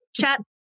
chat